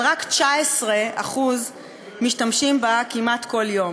אבל רק 19% משתמשים בה כמעט כל יום.